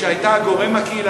שהייתה הגורם הקהילתי,